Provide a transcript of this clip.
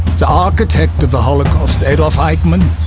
the architect of the holocaust, adolph eichmann,